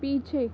पीछे